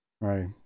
Right